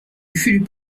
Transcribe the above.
fulup